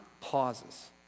pauses